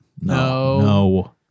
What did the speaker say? no